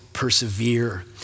persevere